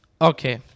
Okay